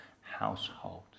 household